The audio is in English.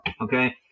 okay